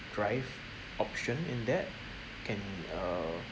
drive option in that can err